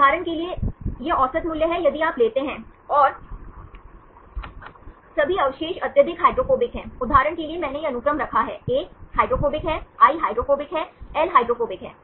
उदाहरण के लिए यह औसत मूल्य है यदि आप लेते हैं और सभी अवशेष अत्यधिक हाइड्रोफोबिक हैं उदाहरण के लिए मैंने यह अनुक्रम रखा है ए हाइड्रोफोबिक है आई हाइड्रोफोबिक है एल हाइड्रोफोबिक है